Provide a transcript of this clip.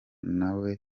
nawe